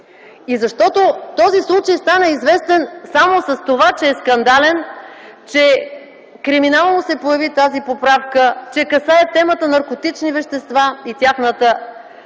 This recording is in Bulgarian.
И защото този случай стана известен само с това, че е скандален, че криминално се появи тази поправка, че касае темата „наркотични вещества и тяхната